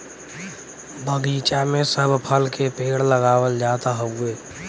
बगीचा में सब फल के पेड़ लगावल जात हउवे